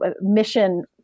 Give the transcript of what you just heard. mission